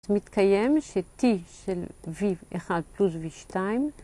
‫מתקיים ש-T של V1 פלוס V2...